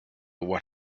what